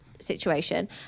situation